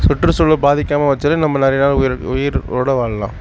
சுற்று சூழல் பாதிக்காமல் வச்சாலே நம்ம நிறைய நாள் உயிர் உயிரோடு வாழலாம்